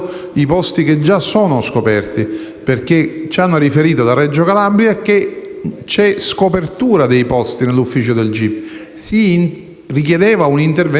ci hanno riferito che c'è scopertura dei posti dell'ufficio del gip. Si richiedeva un intervento di carattere straordinario.